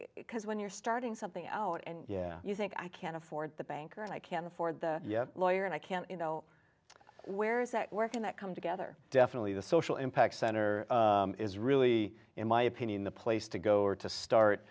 because when you're starting something out and yeah you think i can afford the banker and i can afford the lawyer and i can you know where is that working that come together definitely the social impact center is really in my opinion the place to go or to start